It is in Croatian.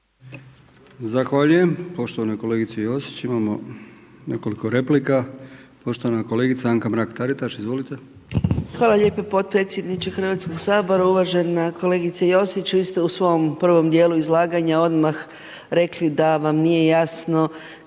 Zahvaljujem poštovanoj kolegici Josić. Imamo nekoliko replika. Poštovana kolegica Anka Mrak-Taritaš, izvolite. **Mrak-Taritaš, Anka (GLAS)** Hvala lijepa potpredsjedniče Hrvatskog sabora. Uvažena kolegice Josić vi ste u svom prvom djelu izlaganja odmah rekli da vam nije jasno